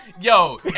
Yo